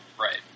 Right